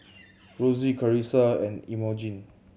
Rosey Karissa and Imogene